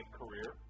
career